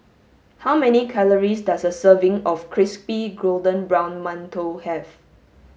how many calories does a serving of crispy golden brown mantou have